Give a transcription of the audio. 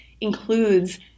includes